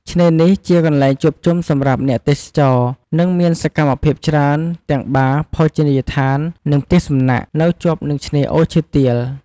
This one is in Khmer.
ឆ្នេរនេះជាកន្លែងជួបជុំសម្រាប់អ្នកទេសចរ និងមានសកម្មភាពច្រើន ទាំងបារ ភោជនីយដ្ឋាន និងផ្ទះសំណាក់ នៅជាប់នឹងឆ្នេរអូឈើទាល។